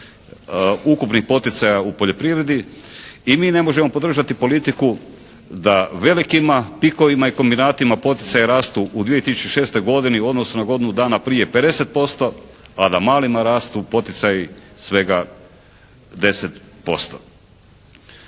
ukupnih poticaja u poljoprivredi. I mi ne možemo podržati politiku da velikim pikovima i kombinatima poticaji rastu u 2006. godini u odnosu na godinu dana prije 50%, a da malim rastu poticaji svega 10%.